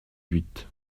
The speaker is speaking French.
huit